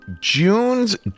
June's